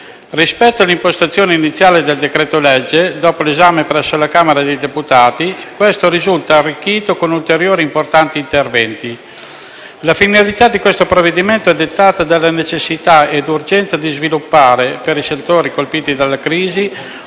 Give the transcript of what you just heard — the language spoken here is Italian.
Rispetto all'impostazione iniziale del decreto-legge, dopo l'esame presso la Camera dei deputati, il provvedimento risulta arricchito con ulteriori importanti interventi. La finalità del provvedimento è dettata dalla necessità e l'urgenza di sviluppare, per i settori colpiti dalla crisi,